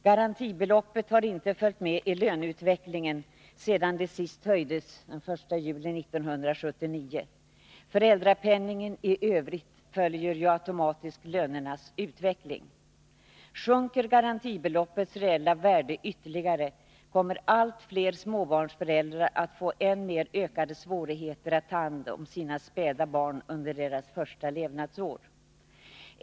Garantibeloppet har inte följt med löneutvecklingen sedan det sist höjdes, den 1 juli 1979. Föräldrapenningen i Övrigt följer ju automatiskt lönernas utveckling. Sjunker garantibeloppets reella värde ytterligare kommer allt fler småbarnsföräldrar att få än mer ökade svårigheter att ta hand om sina späda barn under deras första levnadsår.